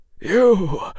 You